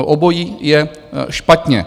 Obojí je špatně.